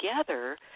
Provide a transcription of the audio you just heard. together